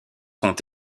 sont